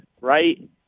right